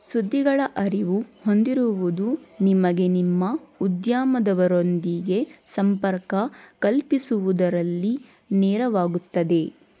ಸುದ್ದಿಗಳ ಅರಿವು ಹೊಂದಿರುವುದು ನಿಮಗೆ ನಿಮ್ಮ ಉದ್ಯಮದವರೊಂದಿಗೆ ಸಂಪರ್ಕ ಕಲ್ಪಿಸುವುದರಲ್ಲಿ ನೆರವಾಗುತ್ತದೆ